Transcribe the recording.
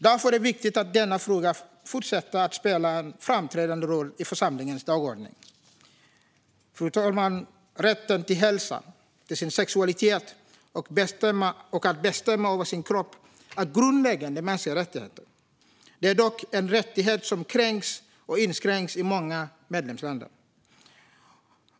Därför är det viktigt att denna fråga fortsätter att spela en framträdande roll på församlingens dagordning. Fru talman! Rätten till hälsa, till sin sexualitet och att bestämma över sin kropp är grundläggande mänskliga rättigheter. Det är dock en rättighet som kränks och inskränks i många medlemsländer.